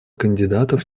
кандидатов